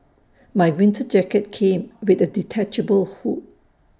my winter jacket came with A detachable hood